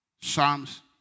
Psalms